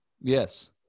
Yes